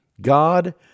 God